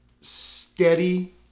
steady